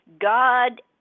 God